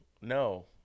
no